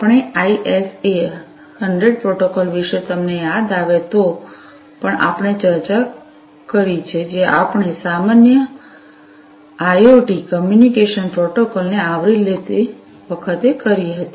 આપણે I SA 100 protocol વિશે તમને યાદ આવે તો પણ આપણે ચર્ચા કરી છે જે આપણે સામાન્યઆઈઑટી કમ્યુનિકેશન પ્રોટોકોલને આવરી લેતી વખતે કરી હતી